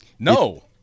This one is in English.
No